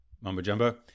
mumbo-jumbo